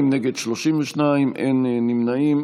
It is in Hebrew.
בעד, 22, נגד, 32, אין נמנעים.